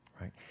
right